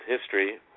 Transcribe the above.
history